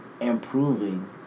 improving